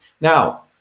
Now